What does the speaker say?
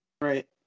Right